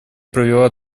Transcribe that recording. провела